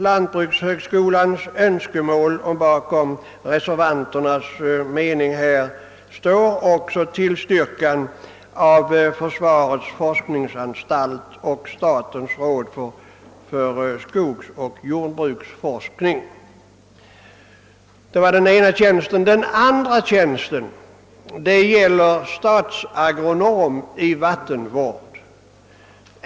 Lantbrukshögskolans och reservanternas förslag tillstyrktes också av försvarets forskningsanstalt och statens råd för skogsoch jordbruksforskning. Den andra tjänsten gäller en statsagronombefattning i vattenvård.